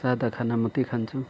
सादा खाना मात्रै खान्छु